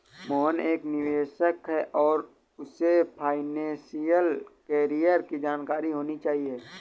मोहन एक निवेशक है और उसे फाइनेशियल कैरियर की जानकारी होनी चाहिए